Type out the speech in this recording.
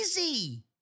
Easy